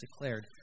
declared